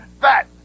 fat